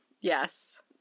Yes